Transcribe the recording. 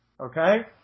okay